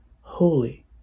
Holy